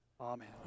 amen